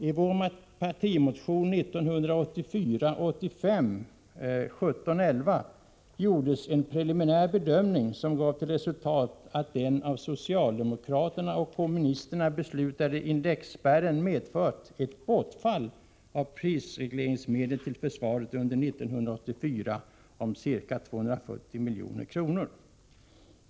I vår partimotion 1984/85:1711 gjordes en preliminär bedömning, som visade att den av socialdemokraterna och kommunisterna beslutade indexspärren medfört ett bortfall av prisregleringsmedel till försvaret under 1984 på ca 240 milj.kr.